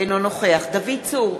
אינו נוכח דוד צור,